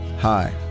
Hi